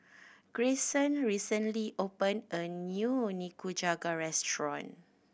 Greyson recently opened a new Nikujaga restaurant